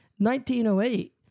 1908